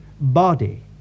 body